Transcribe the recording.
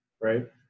right